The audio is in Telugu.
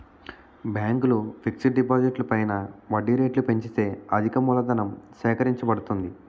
బ్యాంకులు ఫిక్స్ డిపాజిట్లు పైన వడ్డీ రేట్లు పెంచితే అధికమూలధనం సేకరించబడుతుంది